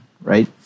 right